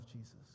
Jesus